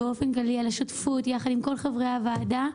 באופן כללי אני מודה על השותפות ביחד עם כל חברי הוועדה.